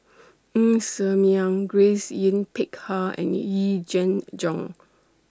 Ng Ser Miang Grace Yin Peck Ha and Yee Jenn Jong